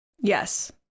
Yes